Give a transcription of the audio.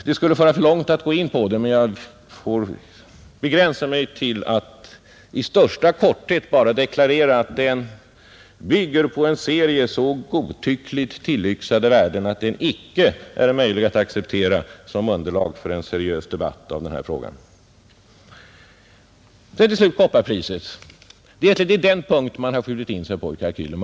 Det skulle föra för långt att gå in på den — jag får begränsa mig till att i största korthet deklarera att den bygger på en serie så godtyckligt tillyxade värden att det inte är möjligt att acceptera den som underlag för en seriös debatt om den här frågan. Så kopparpriset! Det är egentligen den punkten man har skjutit in sig på i kalkylen.